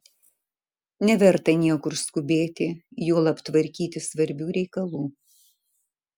neverta niekur skubėti juolab tvarkyti svarbių reikalų